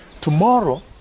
tomorrow